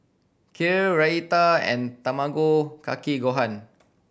Kheer Raita and Tamago Kake Gohan